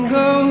go